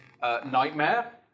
Nightmare